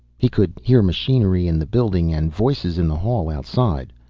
he could hear machinery in the building and voices in the hall outside.